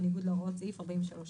בניגוד להוראות סעיף 45(א).